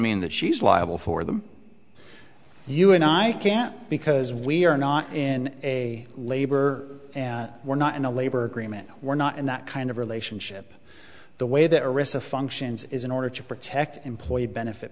mean that she's liable for them you and i can't because we are not in a labor and we're not in a labor agreement we're not in that kind of relationship the way that arista functions is in order to protect employee benefit